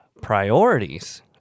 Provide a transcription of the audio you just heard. priorities